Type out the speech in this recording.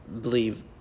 believe